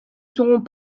seront